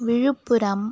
Villupuram